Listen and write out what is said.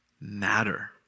matter